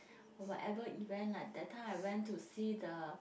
or whatever event like that time I went to see the